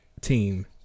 team